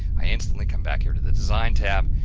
i instantly come back here to the design tab,